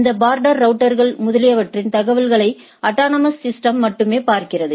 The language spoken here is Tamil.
இந்த பார்டர் ரவுட்டர்கள் முதலியவற்றின் தகவல்களை அட்டானமஸ் சிஸ்டம் மட்டுமே பார்க்கிறது